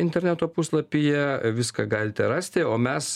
interneto puslapyje viską galite rasti o mes